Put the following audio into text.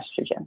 estrogen